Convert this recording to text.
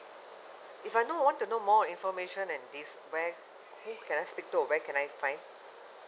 if I know I want to know more information and this where who can I stick to or where can I find